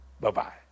Bye-bye